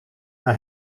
hij